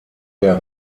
der